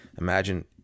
imagine